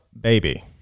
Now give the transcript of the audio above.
baby